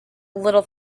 little